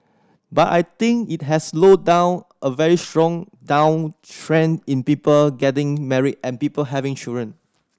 but I think it has slowed down a very strong downtrend in people getting married and people having children